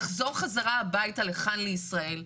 לחזור חזרה הביתה לכאן לישראל.